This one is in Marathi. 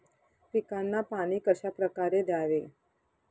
पिकांना पाणी कशाप्रकारे द्यावे?